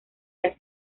las